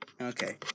Okay